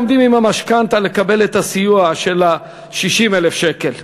עומדים עם המשכנתה לקבל את הסיוע של 60,000 שקל.